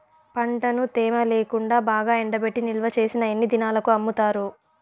పంటను తేమ లేకుండా బాగా ఎండబెట్టి నిల్వచేసిన ఎన్ని దినాలకు అమ్ముతారు?